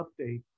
update